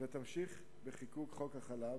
ותמשיך בחקיקת חוק החלב,